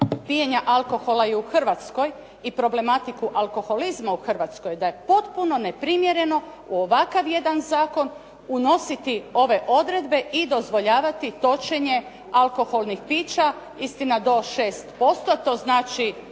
pijenja alkohola i u Hrvatskoj i problematiku alkoholizma u Hrvatskoj da je potpuno neprimjereno u ovakav jedan zakon unositi ove odredbe i dozvoljavati točenje alkoholnih pića, istina do 6%, a to znači